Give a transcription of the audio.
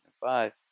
Five